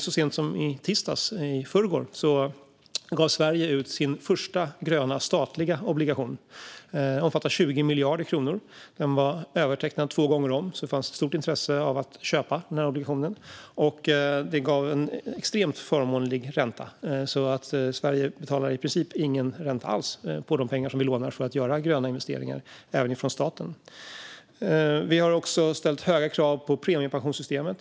Så sent som i förrgår, i tisdags, gav Sverige ut sin första gröna statliga obligation. Den omfattar 20 miljarder kronor. Den var övertecknad två gånger om, så det fanns stort intresse av att köpa den. Den gav en extremt förmånlig ränta: Sverige betalar i princip ingen ränta alls på de pengar som vi lånar för att göra gröna investeringar, även från statens sida. Vi har också ställt höga krav på premiepensionssystemet.